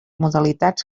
modalitats